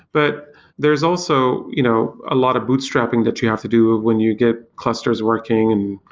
but there's also you know a lot of bootstrapping that you have to do when you get clusters working.